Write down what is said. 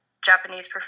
Japanese